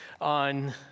on